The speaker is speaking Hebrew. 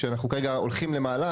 שאנחנו כרגע הולכים למהלך.